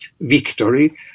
victory